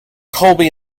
colby